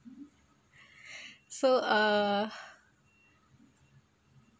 so uh